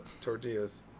tortillas